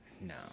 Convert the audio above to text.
No